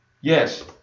Yes